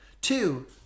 Two